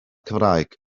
cymraeg